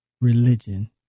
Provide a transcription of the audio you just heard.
religion